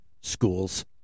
schools